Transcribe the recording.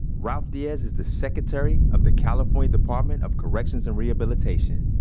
ralph diaz is the secretary of the california department of corrections and rehabilitation,